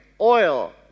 oil